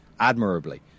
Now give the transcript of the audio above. admirably